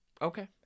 Okay